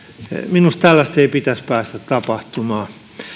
minusta tällaista ei pitäisi päästä tapahtumaan